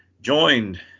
joined